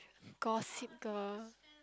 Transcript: Gossip-Girl